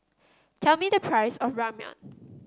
tell me the price of Ramyeon